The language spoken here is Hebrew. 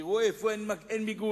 תראו איפה אין מיגון,